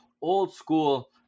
old-school